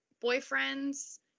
boyfriend's